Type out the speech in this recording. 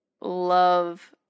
love